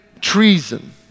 Treason